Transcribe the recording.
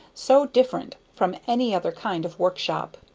so different from any other kind of workshop.